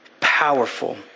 powerful